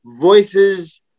Voices